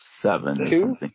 seven